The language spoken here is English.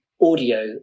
audio